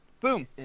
boom